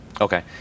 Okay